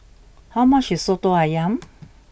how much is Soto Ayam